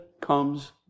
comes